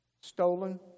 stolen